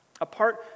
Apart